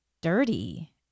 dirty